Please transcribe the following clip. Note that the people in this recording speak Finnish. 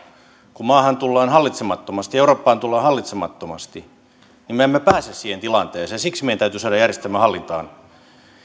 kuin maahan tullaan hallitsemattomasti ja eurooppaan tullaan hallitsemattomasti me emme pääse siihen tilanteeseen siksi meidän täytyy saada järjestelmä hallintaan